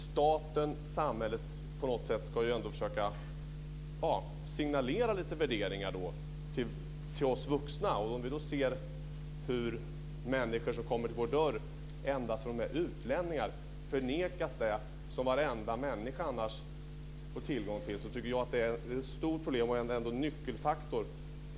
Staten, samhället, ska på något sätt ändå försöka signalera lite värderingar till oss vuxna. Om vi då ser hur människor som kommer till vår dörr endast för att de är utlänningar förnekas det som varenda människa annars får tillgång till tycker jag att det är ett stort problem. Det är ändå en nyckelfaktor.